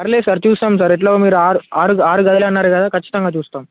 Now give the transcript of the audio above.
పర్లేదు సార్ చూస్తాం సార్ ఎట్లా ఉందొ మీరు ఆరు ఆరు గదులు అన్నారు కదా ఖచ్చితంగా చూస్తాం